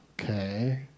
okay